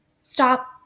Stop